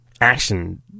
action